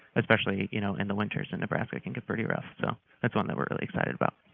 especially you know in the winters in nebraska it can get pretty rough, so that's one that we're really excited about.